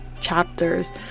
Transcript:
chapters